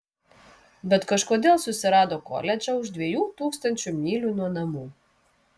bet kažkodėl susirado koledžą už dviejų tūkstančių mylių nuo namų